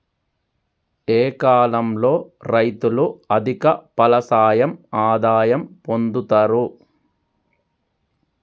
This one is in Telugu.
ఏ కాలం లో రైతులు అధిక ఫలసాయం ఆదాయం పొందుతరు?